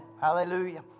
Hallelujah